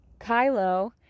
Kylo